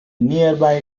nearby